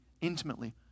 intimately